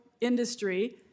industry